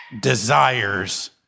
desires